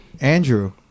Andrew